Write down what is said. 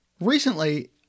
Recently